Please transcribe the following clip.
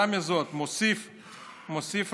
יתרה מזו, מוסיף רמב"ם: